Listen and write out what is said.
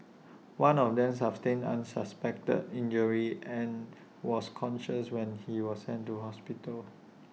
one of them sustained unspecified injuries and was conscious when he was sent to hospital